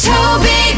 Toby